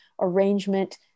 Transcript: arrangement